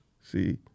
See